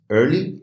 early